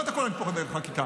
לא בכול אני פועל דרך חקיקה,